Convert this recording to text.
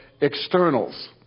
externals